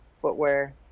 Footwear